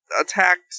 attacked